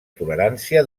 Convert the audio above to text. tolerància